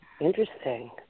interesting